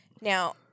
Now